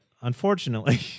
unfortunately